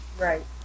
Right